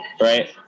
right